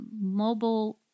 mobile